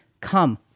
come